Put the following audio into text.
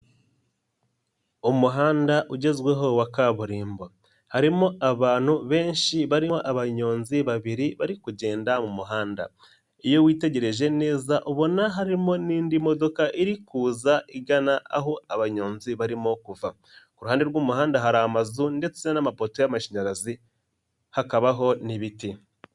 Umuhanda ugezweho wa kaburimbo, harimo abantu benshi barimo abanyonzi babiri bari kugenda mu muhanda, iyo witegereje neza ubona harimo n'indi modoka iri kuza igana aho abanyonzi barimo kuva, ku ruhande rw'umuhanda hari amazu ndetse n'amapoto y'amashanyarazi hakabaho n'ibiti.